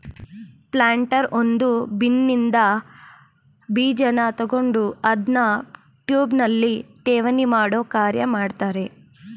planter ಒಂದು ಬಿನ್ನಿನ್ದ ಬೀಜನ ತಕೊಂಡು ಅದ್ನ ಟ್ಯೂಬ್ನಲ್ಲಿ ಠೇವಣಿಮಾಡೋ ಕಾರ್ಯ ಮಾಡ್ತದೆ